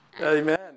Amen